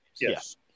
Yes